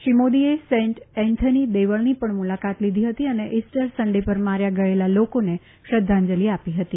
શ્રી મોદીએ Saint Anthony દેવળની પણ મુલાકાત લીધી ફતી અને ઈસ્ટર સન્ડે પર માર્થા ગયેલા લોકોને શ્રદ્ધાંજલિ આપી હતી